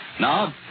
Now